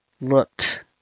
looked